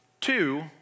Two